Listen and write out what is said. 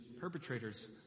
perpetrators